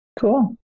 Cool